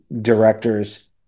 directors